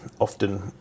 often